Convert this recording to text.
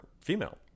female